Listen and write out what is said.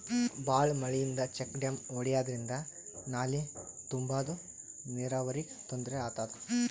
ಭಾಳ್ ಮಳಿಯಿಂದ check dam ಒಡ್ಯಾದ್ರಿಂದ ನಾಲಿ ತುಂಬಾದು ನೀರಾವರಿಗ್ ತೊಂದ್ರೆ ಆತದ